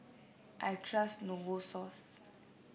I trust Novosource